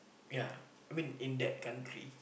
ya I mean in that country